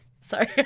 Sorry